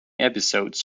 episodes